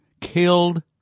killed